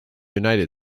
united